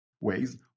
ways